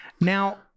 Now